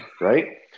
Right